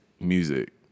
music